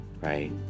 right